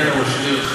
אתה היית ראש עיר,